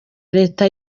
leta